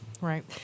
Right